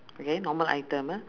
okay normal item ah